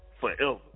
forever